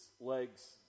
legs